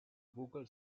google